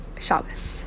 Shabbos